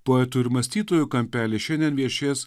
poetų ir mąstytojų kampelyje šiandien viešės